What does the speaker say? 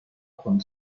con